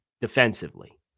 Defensively